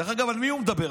דרך אגב, על מי הוא מדבר?